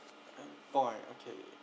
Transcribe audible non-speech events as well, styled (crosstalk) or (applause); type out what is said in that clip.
(breath) point okay